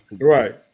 Right